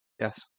Yes